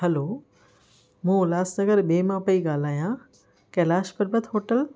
हलो मां उल्हासनगर ॿिएं मां पेई ॻाल्हियां कैलाश पर्वत होटल